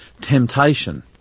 temptation